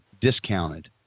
discounted